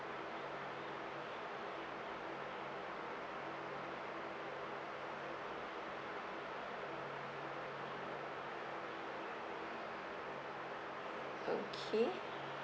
okay